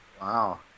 wow